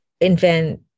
invent